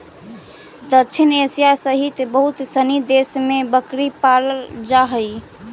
दक्षिण एशिया सहित बहुत सनी देश में बकरी पालल जा हइ